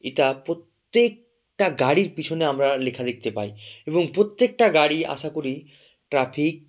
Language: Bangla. এটা প্রত্যেকটা গাড়ির পিছনে আমরা লেখা দেখতে পাই এবং প্রত্যেকটা গাড়ি আশা করি ট্রাফিক